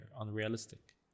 unrealistic